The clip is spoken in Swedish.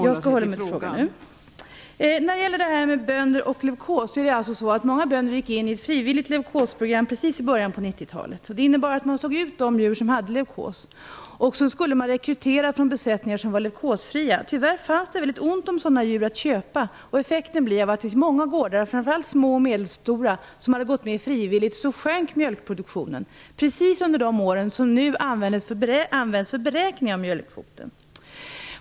Fru talman! Nu skall jag hålla mig till frågan. Många bönder gick in i ett frivilligt leukosprogram precis i början av 90-talet. Det innebar att man såg ut de djur som hade leukos, och sedan skulle man rekrytera från besättningar som var leukosfria. Tyvärr fanns det inte många sådana djur att köpa. Effekten blev att på många gårdar, framför allt små och medelstora, som hade gått med frivilligt sjönk mjölkproduktionen - precis under de år som nu används för beräkning av mjölkkvoten.